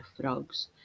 frogs